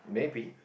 maybe